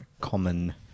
common